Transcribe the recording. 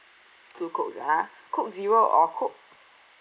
two Coke ah Coke zero or Coke